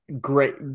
Great